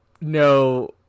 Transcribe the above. No